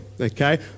okay